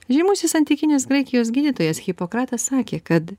žymusis antikinės graikijos gydytojas hipokratas sakė kad